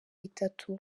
itatu